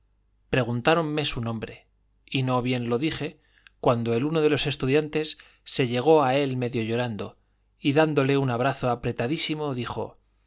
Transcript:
éramos preguntáronme su nombre y no bien lo dije cuando el uno de los estudiantes se llegó a él medio llorando y dándole un abrazo apretadísimo dijo